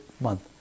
month